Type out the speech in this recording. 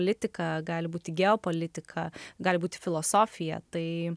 politika gali būti geopolitika gali būti filosofija tai